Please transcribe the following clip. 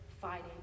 fighting